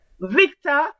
Victor